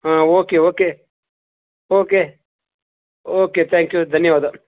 ಹಾಂ okay okay okay okay thank you ಧನ್ಯವಾದ